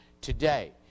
today